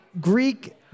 Greek